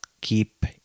keep